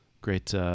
Great